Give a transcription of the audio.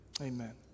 Amen